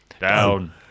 Down